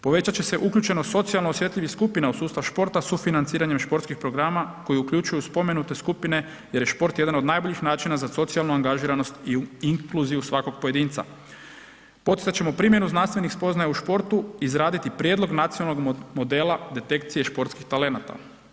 Povećat će se uključenost socijalno osjetljivih skupina u sustav športa sufinanciranjem športskih programa koji uključuju spomenute skupine jer je šport jedan od najboljih načina za socijalnu angažiranost i u inkluzivu svakog pojedinca. ... primjenu znanstvenih spoznaja u športu, izraditi prijedlog nacionalnog modela detekcije športskih talenata.